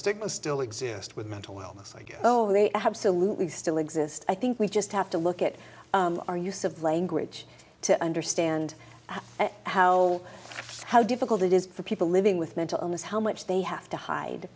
stigma still exist with mental illness like oh they absolutely still exist i think we just have to look at our use of language to understand how how difficult it is for people living with mental illness how much they have to